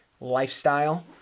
lifestyle